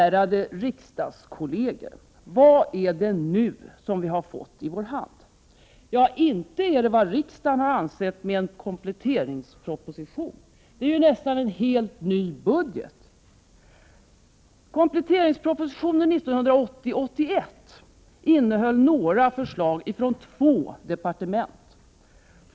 Ärade riksdagskollegor! Vad är det vi nu har fått i våra händer? Ja, inte är det vad riksdagen har avsett med en kompletteringsproposition. Det är nästan en helt ny budget. Kompletteringspropositionen 1980/81 innehöll några förslag från två departement.